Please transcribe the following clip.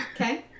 Okay